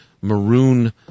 maroon